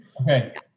Okay